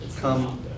come